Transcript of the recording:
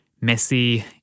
messy